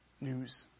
news